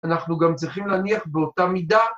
‫אנחנו גם צריכים להניח באותה מידה...